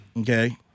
Okay